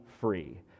free